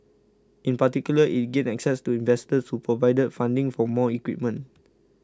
in particular it gained access to investors who provided funding for more equipment